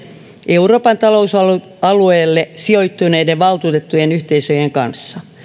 euroopan talousalueelle sijoittuneiden valtuutettujen yhteisöjen kanssa